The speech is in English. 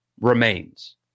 remains